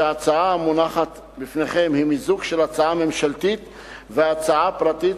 שההצעה המונחת בפניכם היא מיזוג של הצעה ממשלתית והצעה פרטית,